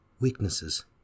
weaknesses